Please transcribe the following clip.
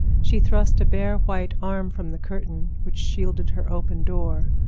she thrust a bare, white arm from the curtain which shielded her open door,